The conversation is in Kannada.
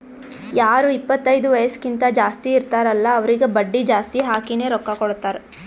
ಯಾರು ಇಪ್ಪತೈದು ವಯಸ್ಸ್ಕಿಂತಾ ಜಾಸ್ತಿ ಇರ್ತಾರ್ ಅಲ್ಲಾ ಅವ್ರಿಗ ಬಡ್ಡಿ ಜಾಸ್ತಿ ಹಾಕಿನೇ ರೊಕ್ಕಾ ಕೊಡ್ತಾರ್